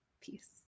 Peace